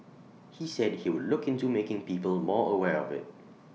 he said he would look into making people more aware of IT